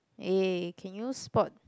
eh can you spot